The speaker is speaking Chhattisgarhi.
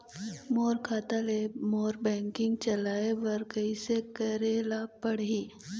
मोर खाता ले मोर बैंकिंग चलाए बर कइसे करेला पढ़ही?